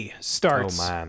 starts